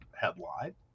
headline